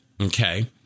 Okay